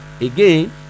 again